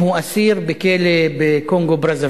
אם הוא אסיר בכלא בקונגו-ברזוויל,